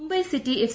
Mumbai City F